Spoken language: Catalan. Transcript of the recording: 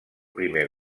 primer